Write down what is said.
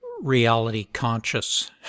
reality-conscious